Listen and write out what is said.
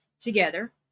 together